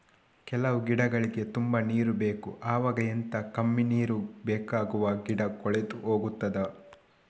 ಕೆಲವು ಗಿಡಗಳಿಗೆ ತುಂಬಾ ನೀರು ಬೇಕು ಅವಾಗ ಎಂತ, ಕಮ್ಮಿ ನೀರು ಬೇಕಾಗುವ ಗಿಡ ಕೊಳೆತು ಹೋಗುತ್ತದಾ?